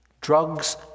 drugs